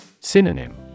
Synonym